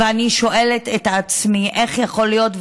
ואני שואלת את עצמי איך יכול להיות.